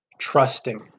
Trusting